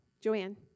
Joanne